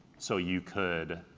so you could